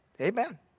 Amen